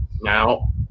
Now